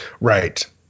Right